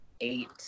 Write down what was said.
eight